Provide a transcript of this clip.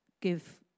give